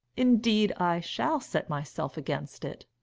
indeed i shall set myself against it.